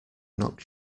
knock